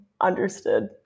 understood